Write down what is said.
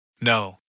No